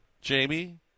Jamie